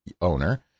owner